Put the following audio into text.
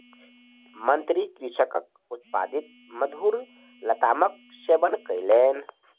मंत्री कृषकक उत्पादित मधुर लतामक सेवन कयलैन